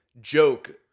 joke